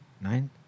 Nine